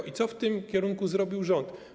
I co w tym kierunku zrobił rząd?